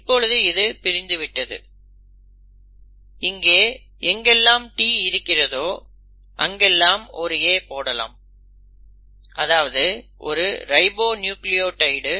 இப்பொழுது இது பிரிந்துவிட்டது இங்கே எங்கெல்லாம் T இருக்கிறதோ அங்கெல்லாம் ஒரு A போடலாம் அதாவது ஒரு ரைபோநியூக்ளியோடைடு